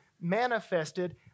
manifested